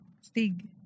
Stig